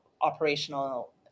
operational